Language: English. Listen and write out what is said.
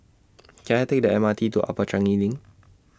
Can I Take The M R T to Upper Changi LINK